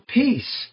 peace